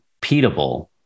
repeatable